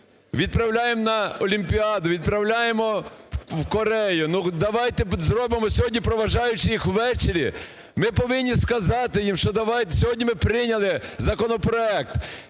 відправляємо на Олімпіаду, відправляємо в Корею. Давайте зробимо сьогодні, проводжаючи їх увечері, ми повинні сказати їм, що сьогодні ми прийняли законопроект,